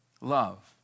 love